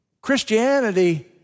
Christianity